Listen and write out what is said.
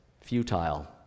futile